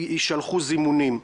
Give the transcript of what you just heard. יישלחו זימונים.